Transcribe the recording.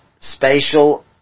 spatial